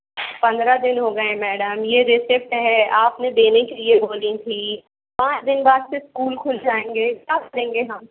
पंद्रह दिन हो गए है मैडम ये रिसिप्ट है आपने देने के लिए बोली थी पाँच दिन बाद फिर स्कूल खुल जाएंगे तब देंगे हम